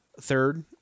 third